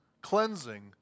cleansing